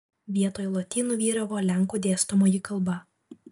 vietoj lotynų vyravo lenkų dėstomoji kalba